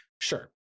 Sure